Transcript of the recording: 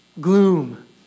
gloom